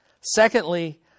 Secondly